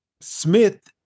Smith